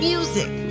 Music